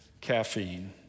caffeine